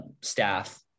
staff